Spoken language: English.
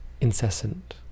incessant